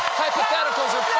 hypotheticals are